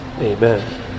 Amen